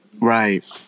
Right